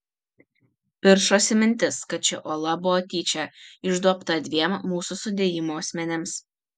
piršosi mintis kad ši ola buvo tyčia išduobta dviem mūsų sudėjimo asmenims